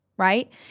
Right